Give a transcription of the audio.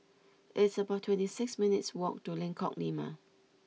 It's about twenty six minutes' walk to Lengkok Lima